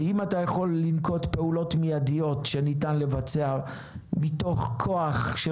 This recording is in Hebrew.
אם אתה יכול לנקוט פעולות מידיות שניתן לבצע מתוך כוח של